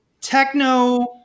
techno